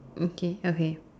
mm K okay